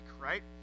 right